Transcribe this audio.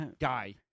Guy